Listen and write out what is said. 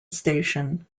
station